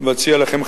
אני מציע לכם,